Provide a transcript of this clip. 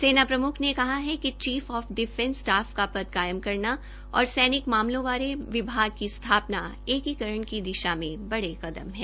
सेना प्रमुख ने कहा है कि चीफ ऑफ डिफैंस स्टाफ का पद कायम करना और सैनिक मामलों बारे विभाग की स्थापना एकीकरण की दिशा में बड़े कदम हैं